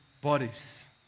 bodies